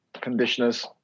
conditioners